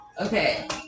Okay